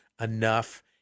enough